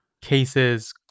cases